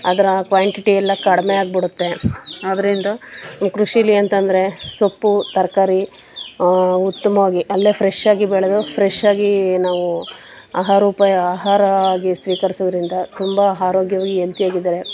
ಅದರ ಕ್ವಾಂಟಿಟಿ ಎಲ್ಲ ಕಡಿಮೆ ಆಗ್ಬಿಡುತ್ತೆ ಅದರಿಂದ ಕೃಷೀಲಿ ಅಂತಂದರೆ ಸೊಪ್ಪು ತರಕಾರಿ ಉತ್ತಮವಾಗಿ ಅಲ್ಲೇ ಫ್ರೆಶ್ಶಾಗಿ ಬೆಳೆದು ಫ್ರೆಶ್ಶಾಗಿ ನಾವು ಆಹಾರೋಪಾಯ ಆಹಾರ ಆಗಿ ಸ್ವೀಕರಿಸೋದ್ರಿಂದ ತುಂಬ ಆರೋಗ್ಯವು ಹೆಲ್ತಿಯಾಗಿದ್ದಾರೆ